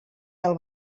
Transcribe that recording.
del